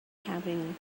having